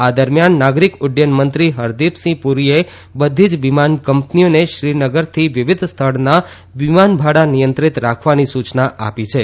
આ દરમિયાન નાગરીક ઉદ્દયન મંત્રી હરદીપસિંહ પુરીએ બધી જ વિમાન કંપનીઓને શ્રીનગરથી વિવિધ સ્થળના વિમાન ભાડા નિયંત્રિત રાખવાની સૂચના આપી છે